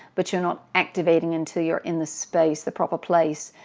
but you're not activating until you're in the space, the proper place,